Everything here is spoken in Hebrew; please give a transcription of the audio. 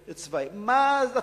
מה זה קשור?